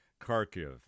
Kharkiv